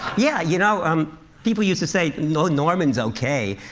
yeah, you know um people used to say, you know norman's ok,